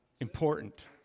important